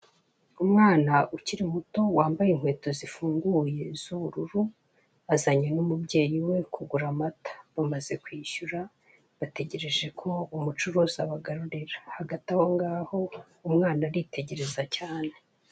Umwana ukiri muto wambaye inketo zifunguye z'ubururu, azanye n'umubyeyi we kugura amata, bamaze kwishyura, bategereje ko umucuruzi bagarurira, hagati ahongaho umwana aritegereza cyane.